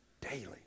daily